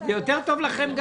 זה גם יותר טוב לכם.